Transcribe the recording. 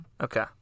Okay